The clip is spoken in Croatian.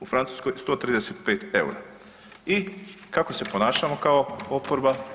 U Francuskoj 135 EUR-a i kako se ponašamo kao oporba?